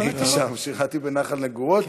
שירתּי בנח"ל בנגוהות.